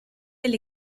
del